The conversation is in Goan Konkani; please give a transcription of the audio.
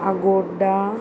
आगोड्डा